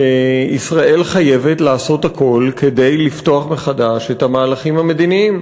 שישראל חייבת לעשות הכול כדי לפתוח מחדש את המהלכים המדיניים.